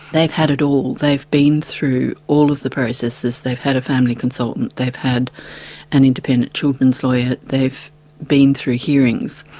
they've had it all, they've been through all of the processes, they've had a family consultant, they've had an independent children's lawyer, they've been through hearings,